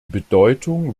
bedeutung